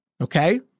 okay